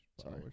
Sorry